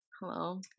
Hello